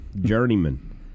Journeyman